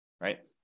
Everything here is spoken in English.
right